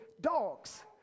dogs